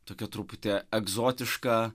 tokia truputi egzotiška